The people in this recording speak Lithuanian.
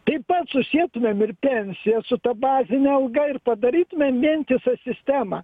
taip pat susietumėm ir pensijas su ta bazine alga ir padarytumėm vientisą sistemą